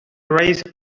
raise